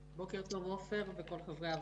בוקר טוב עפר וכל חברי הוועדה.